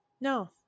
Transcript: No